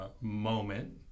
moment